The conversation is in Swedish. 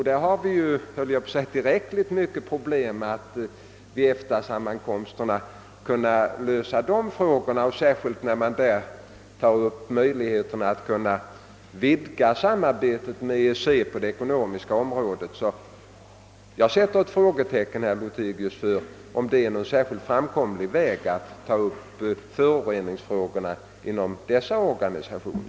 Det finns tillräckligt många problem vid EFTA-sammankomsterna när det gäller att lösa de frågorna, särskilt då man diskuterar möjligheterna att vidga samarbetet med EEC på det ekonomiska området. Jag sätter alltså ett frågetecken, herr Lothigius, för om det är en framkomlig väg att ta upp föroreningsfrågorna inom dessa organisationer.